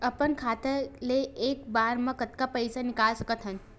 अपन खाता ले एक बार मा कतका पईसा निकाल सकत हन?